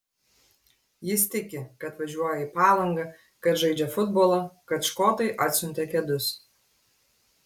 jis tiki kad važiuoja į palangą kad žaidžia futbolą kad škotai atsiuntė kedus